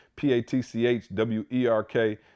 P-A-T-C-H-W-E-R-K